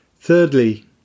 Thirdly